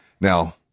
Now